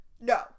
No